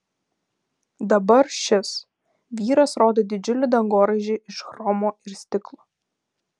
dabar šis vyras rodo į didžiulį dangoraižį iš chromo ir stiklo